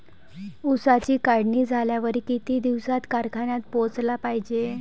ऊसाची काढणी झाल्यावर किती दिवसात कारखान्यात पोहोचला पायजे?